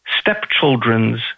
stepchildren's